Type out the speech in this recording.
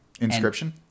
Inscription